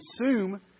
consume